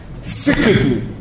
secretly